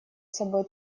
собой